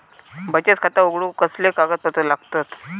बचत खाता उघडूक कसले कागदपत्र लागतत?